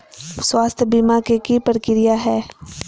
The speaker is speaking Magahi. स्वास्थ बीमा के की प्रक्रिया है?